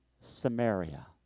Samaria